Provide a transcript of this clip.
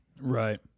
Right